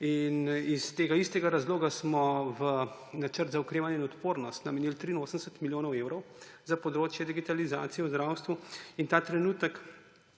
Iz tega istega razloga smo v Načrt za okrevanje in odpornost namenili 83 milijonov evrov za področje digitalizacije v zdravstvu. In ta trenutek